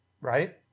Right